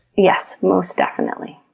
yes, most definitely.